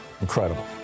Incredible